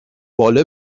باله